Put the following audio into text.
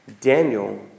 Daniel